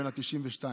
בן ה-92.